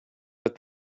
but